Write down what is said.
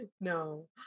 No